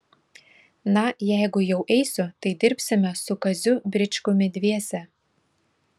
na jeigu jau eisiu tai dirbsime su kaziu bričkumi dviese